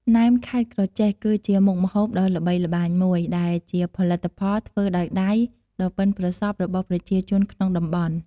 ណែមខេត្តក្រចេះ គឺជាមុខម្ហូបដ៏ល្បីល្បាញមួយ ដែលជាផលិតផលធ្វើដោយដៃដ៏ប៉ិនប្រសប់របស់ប្រជាជនក្នុងតំបន់។